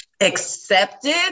accepted